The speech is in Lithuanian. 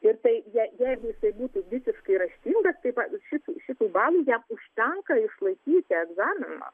ir tai jai jeigu jisai būtų visiškai raštingas tai va šitų šitų balų jam užtenka išlaikyti egzaminą